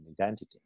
identity